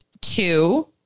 two